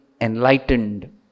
enlightened